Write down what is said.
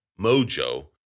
mojo